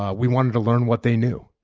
ah we wanted to learn what they knew.